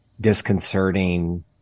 disconcerting